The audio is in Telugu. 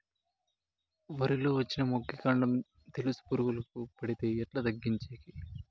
వరి లో వచ్చిన మొగి, కాండం తెలుసు పురుగుకు పడితే ఎట్లా తగ్గించేకి?